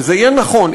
שזה יהיה נכון,